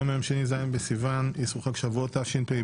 היום יום שני, ז' בסיון, אסרו חג שבועות, תשפ"ב,